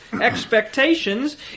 expectations